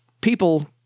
people